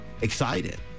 excited